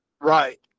right